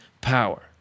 power